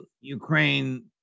Ukraine